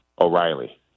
O'Reilly